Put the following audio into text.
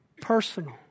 personal